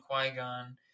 Qui-Gon